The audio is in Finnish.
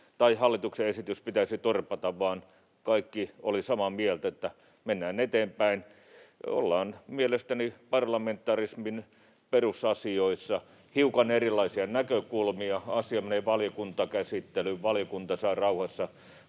tai hallituksen esitys pitäisi torpata, vaan kaikki olivat samaa mieltä, että mennään eteenpäin. Ollaan mielestäni parlamentarismin perusasioissa. Hiukan erilaisia näkökulmia, asia menee valiokuntakäsittelyyn, valiokunta saa rauhassa